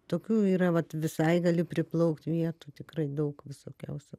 tokių yra vat visai gali priplaukt vietų tikrai daug visokiausių